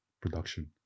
production